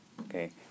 Okay